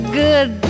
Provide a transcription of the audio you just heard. good